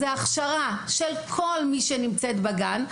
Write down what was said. הכשרה של כל מי שנמצאת בגן,